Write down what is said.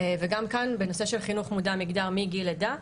וגם כאן בנושא של חינוך מודע מגדר מגיל לידה,